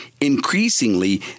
Increasingly